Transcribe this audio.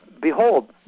Behold